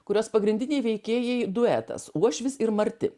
kurios pagrindiniai veikėjai duetas uošvis ir marti